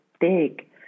big